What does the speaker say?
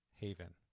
Haven